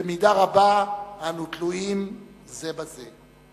במידה רבה אנו תלויים זה בזה.